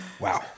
wow